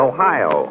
Ohio